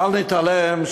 בל נתעלם,